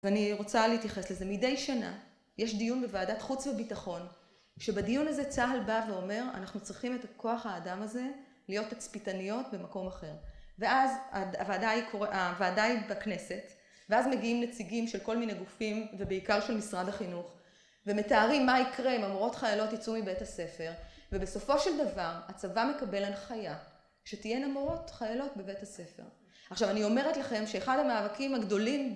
ואני רוצה להתייחס לזה. מדי שנה, יש דיון בוועדת חוץ וביטחון, שבדיון הזה צהל בא ואומר אנחנו צריכים את כוח האדם הזה להיות תצפיתניות במקום אחר. ואז הוועדה היא בכנסת, ואז מגיעים נציגים של כל מיני גופים ובעיקר של משרד החינוך, ומתארים מה יקרה אם המורות חיילות ייצאו מבית הספר, ובסופו של דבר הצבא מקבל הנחיה, שתהיינה מורות חיילות בבית הספר. עכשיו אני אומרת לכם שאחד המאבקים הגדולים